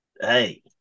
hey